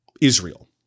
Israel